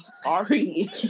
sorry